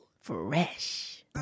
Fresh